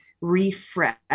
refresh